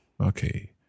Okay